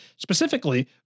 Specifically